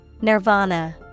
Nirvana